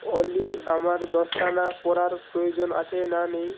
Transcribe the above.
অলি আমার দস্তানা পরার প্রয়োজন আছে না নেই